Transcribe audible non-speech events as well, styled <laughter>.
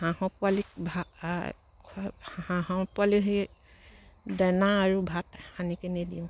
হাঁহৰ পোৱালিক <unintelligible> হাঁহৰ পোৱালিক সেই দেনা আৰু ভাত সানি কিনি দিওঁ